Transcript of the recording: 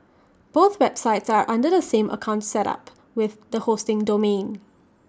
both websites are under the same account set up with the hosting domain